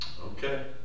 Okay